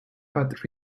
but